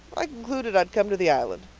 i concluded i'd come to the island.